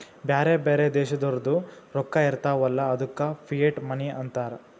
ಬ್ಯಾರೆ ಬ್ಯಾರೆ ದೇಶದೋರ್ದು ರೊಕ್ಕಾ ಇರ್ತಾವ್ ಅಲ್ಲ ಅದ್ದುಕ ಫಿಯಟ್ ಮನಿ ಅಂತಾರ್